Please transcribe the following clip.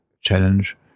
challenge